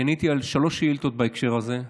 אני עניתי על שלוש שאילתות בהקשר הזה.